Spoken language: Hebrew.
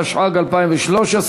התשע"ג 2013,